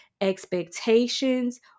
expectations